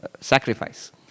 sacrifice